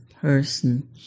person